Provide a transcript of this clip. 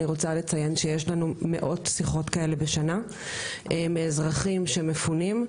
אני רוצה לציין שיש לנו מאות שיחות כאלה בשנה מאזרחים שמפונים,